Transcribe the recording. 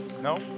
No